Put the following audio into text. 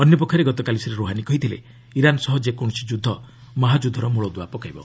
ଅନ୍ୟପକ୍ଷରେ ଗତକାଲି ଶ୍ରୀ ରୋହାନୀ କହିଥିଲେ ଇରାନ୍ ସହ ଯେକୌଣସି ଯୁଦ୍ଧ ମହାଯୁଦ୍ଧର ମୂଳଦୁଆ ପକାଇବ